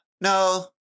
No